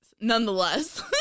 nonetheless